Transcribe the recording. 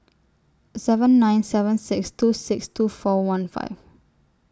seven nine seven six two six two four one five